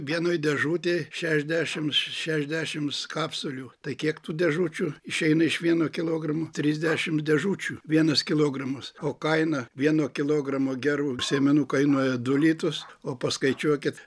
vienoj dežutėj šešiasdešims šešiasdešims kapsulių tai kiek tų dėžučių išeina iš vieno kilogramo trisdešimt dėžučių vienas kilogramas o kaina vieno kilogramo gerų sėmenų kainuoja du litus o paskaičiuokit